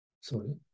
Sorry